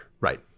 Right